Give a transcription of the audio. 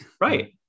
Right